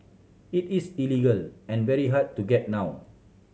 it is illegal and very hard to get now